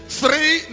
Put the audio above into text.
three